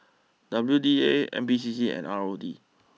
W D A N P C C and R O D